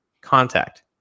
contact